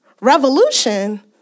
revolution